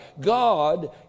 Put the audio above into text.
god